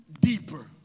deeper